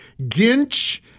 Ginch